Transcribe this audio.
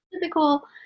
typical